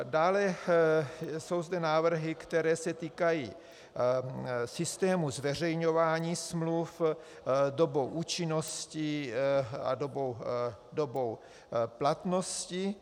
Dále jsou zde návrhy, které se týkají systému zveřejňování smluv, doby účinnosti a doby platnosti.